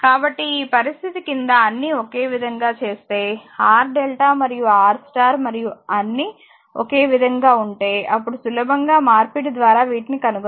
కాబట్టి ఈ పరిస్థితి కింద అన్నీ ఒకేవిధంగా చేస్తే R డెల్టా మరియు R స్టార్ మరియు అన్ని ఒకేవిధంగా ఉంటే అప్పుడు సులభంగా మార్పిడి ద్వారా వీటిని కనుగొనవచ్చు